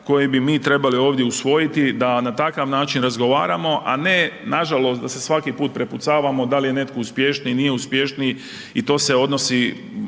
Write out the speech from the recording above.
koji bi mi trebali ovdje usvojiti da na takav način razgovaramo a ne nažalost da se svaki put prepucavamo da li je netko uspješniji, nije uspješniji i to se odnosi,